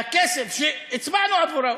והכסף שהצבענו עבורו,